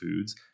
foods